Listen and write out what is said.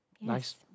Nice